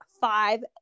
five